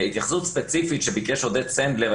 התייחסות ספציפית שביקש עודד סנדלר,